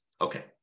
Okay